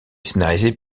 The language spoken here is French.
scénarisé